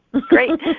Great